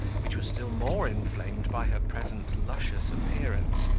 which was still more inflamed by her present luscious appearance,